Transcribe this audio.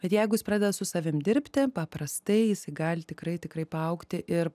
bet jeigu jis pradeda su savim dirbti paprastai jis gali tikrai tikrai paaugti ir